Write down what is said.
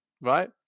right